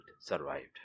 survived